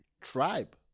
tribe